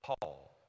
Paul